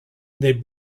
they